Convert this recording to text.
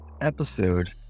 episode